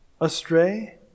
astray